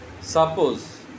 Suppose